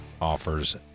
offers